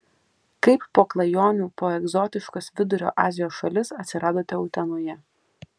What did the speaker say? kaip po klajonių po egzotiškas vidurio azijos šalis atsiradote utenoje